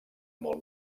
molt